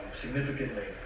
significantly